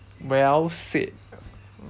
well said